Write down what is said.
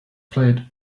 played